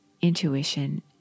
intuition